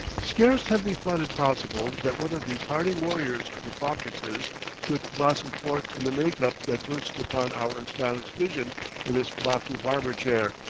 scarce had we thought it possible that one of these hardy warriors of the caucasus could blossom forth in the make-up that bursts upon our astonished vision in this baku barber-chair.